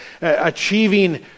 achieving